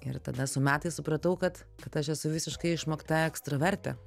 ir tada su metais supratau kad kad aš esu visiškai išmokta ekstravertė